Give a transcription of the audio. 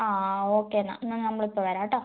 ആ ഓക്കെ എന്നാൽ എന്നാൽ നമ്മളിപ്പം വരാട്ടോ